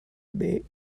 bik